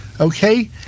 okay